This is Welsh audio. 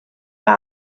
mae